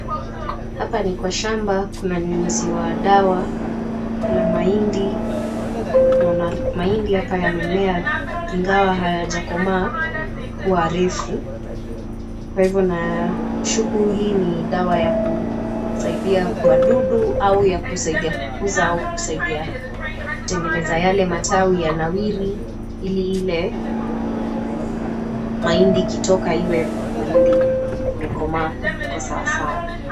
Hapa ni kwa shamba, kuna nyunyuziwa dawa la mahindi, naona mahindi hapa yamemea ingawa hayajakomaa kuwa refu. Kwa hivyo nashuku hii ni dawa ya kusaidia wadudu au ya kusaidia kukuza au kusaidia kutengeneza yale matawi yanawiri ili ile mahindi ikitoka iwe mahindi imekomaa iko sawasawa.